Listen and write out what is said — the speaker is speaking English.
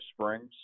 Springs